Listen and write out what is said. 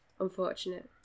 unfortunate